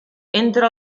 entre